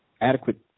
adequate